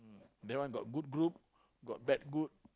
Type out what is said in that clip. that one got good group got bad good